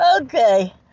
Okay